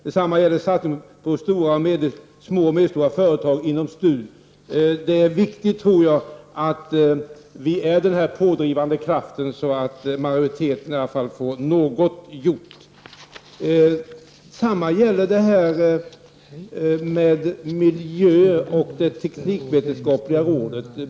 Detsanima gäller satsningen på små och medelstora företag inom STU. Jag tror att det är viktigt att vi utgör en pådrivande kraft, så att majoriteten i alla fall får någonting gjort. Detsamma gäller det miljöoch teknikvetenskapliga rådet.